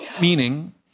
Meaning